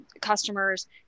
customers